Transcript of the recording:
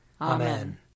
Amen